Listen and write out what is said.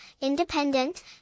independent